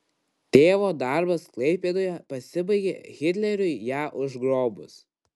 tėvo darbas klaipėdoje pasibaigė hitleriui ją užgrobus